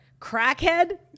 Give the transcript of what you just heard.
Crackhead